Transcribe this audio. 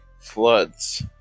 Floods